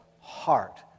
heart